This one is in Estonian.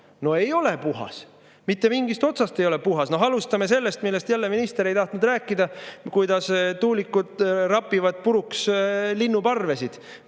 No ei ole puhas, mitte mingist otsast ei ole puhas! Alustame sellest, millest minister ka ei tahtnud rääkida, kuidas tuulikud rapivad puruks linnuparvesid.